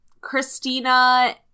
christina